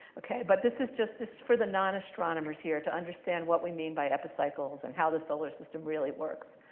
ok. but this is just this for the non-astronomers here to understand what we mean by epicycles and how the solar system really works.